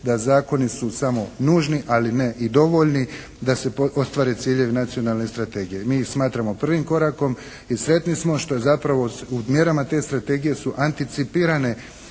da zakoni su samo nužni, ali ne i dovoljni da se ostvare ciljevi nacionalne strategije. Mi ih smatramo prvim korakom i sretni smo što je zapravo u mjerama te strategije su anticipirane